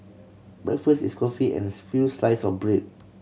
breakfast is coffee and as few slice of bread